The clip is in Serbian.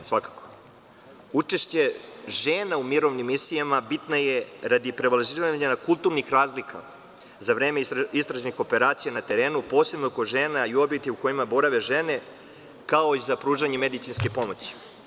Učešće žena u mirovnim misijama bitno je radi prevazilaženja kulturnih razlika za vreme istražnih operacija na terenu, posebno kod žena i objektima u kojima borave žene, kao i za pružanje medicinske pomoći.